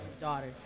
daughter